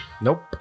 Nope